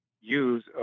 use